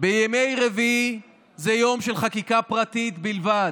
יום רביעי זה יום של חקיקה פרטית בלבד.